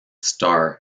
starr